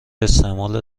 استعمال